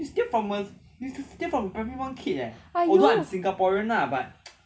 !aiyo!